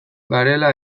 garela